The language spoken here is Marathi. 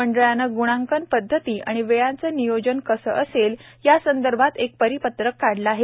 मंडळाने ग्र्णांकन पद्धती आणि वेळाचं नियोजन कसं असेल या संदर्भात एक परिपत्रक काढलं आहे